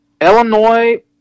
Illinois